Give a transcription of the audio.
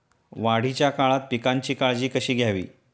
वाढीच्या काळात पिकांची काळजी कशी घ्यावी?